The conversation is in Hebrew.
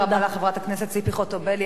תודה רבה לחברת הכנסת ציפי חוטובלי.